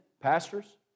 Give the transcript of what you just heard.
pastors